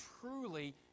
truly